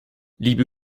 liebe